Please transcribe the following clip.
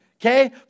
okay